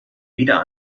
wieder